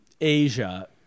asia